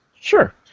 Sure